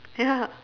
ya